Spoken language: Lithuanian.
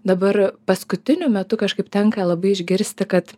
dabar paskutiniu metu kažkaip tenka labai išgirsti kad